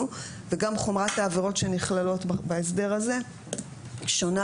וגם חומרת העבירות שנכללות בהסדר הזה שונה,